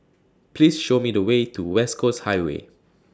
Please Show Me The Way to West Coast Highway